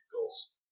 goals